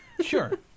Sure